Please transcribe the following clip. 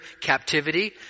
captivity